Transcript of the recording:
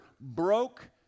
broke